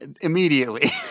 immediately